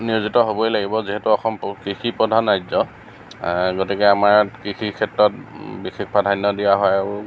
নিয়োজিত হ'বই লাগিব যিহেতু অসম কৃষি প্ৰধান ৰাজ্য গতিকে আমাৰ ইয়াত কৃষি ক্ষেত্ৰত বিশেষ প্ৰাধান্য দিয়া হয় আৰু